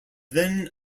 then